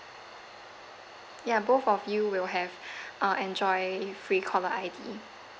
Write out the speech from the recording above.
ya both of you will have uh enjoy free caller I_D